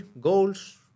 goals